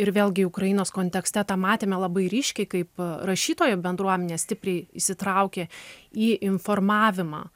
ir vėlgi ukrainos kontekste tą matėme labai ryškiai kaip rašytojų bendruomenė stipriai įsitraukė į informavimą